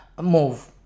move